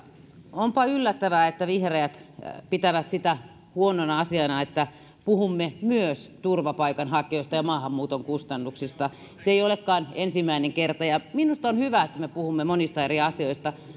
onpa yllättävää että vihreät pitävät sitä huonona asiana että puhumme myös turvapaikanhakijoista ja maahanmuuton kustannuksista se ei olekaan ensimmäinen kerta minusta on hyvä että me puhumme monista eri asioista